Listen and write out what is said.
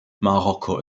marokko